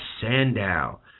Sandow